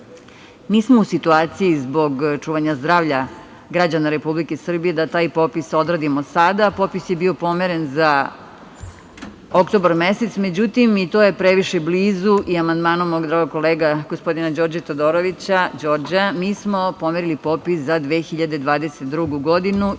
nismo u situaciji zbog čuvanja zdravlja građana Republike Srbije da taj popis odradimo sada. Popis je bio pomeren za oktobar mesec, međutim i to je previše blizu i amandmanom mog kolege gospodina Đorđa Todorovića, mi smo pomerili popis za 2022. godinu